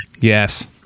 Yes